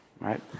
right